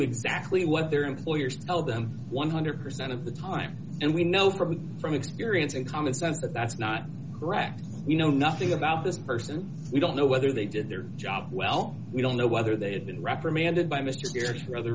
exactly what their employers tell them one hundred percent of the time and we know from from experience and common sense that that's not correct you know nothing about this person we don't know whether they did their job well we don't know whether they had been reprimanded by mr kerik or other